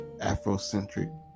Afrocentric